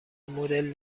مدل